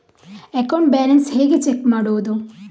Account balance ಹೇಗೆ check ಮಾಡುವುದು?